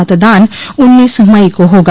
मतदान उन्नीस मई को होगा